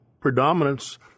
predominance